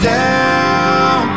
down